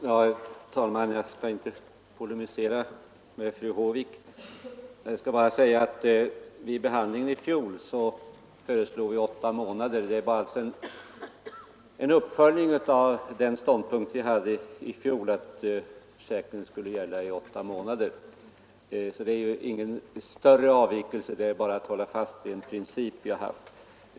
Herr talman! Jag skall inte polemisera mot fru Håvik utan vill bara säga att vid behandlingen i fjol föreslog vi att försäkringen skulle gälla i åtta månader. Vad det här gäller är alltså bara en uppföljning av den ståndpunkt vi då intog. Det är inga större avvikelser utan bara ett fasthållande vid vår tidigare princip.